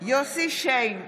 יוסי שיין,